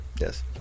yes